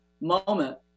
moment